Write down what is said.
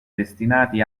destinati